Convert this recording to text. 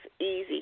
easy